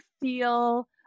feel